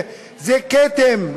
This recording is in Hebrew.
זה כתם,